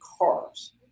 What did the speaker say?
cars